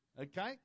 okay